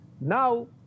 Now